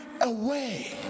away